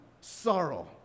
sorrow